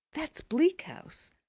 that's bleak house!